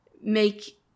make